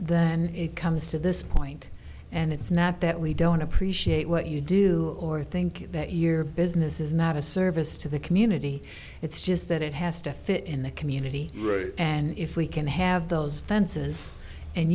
then it comes to this point and it's not that we don't appreciate what you do or think that year business is not a service to the community it's just that it has to fit in the community right and if we can have those fences and